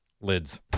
Lids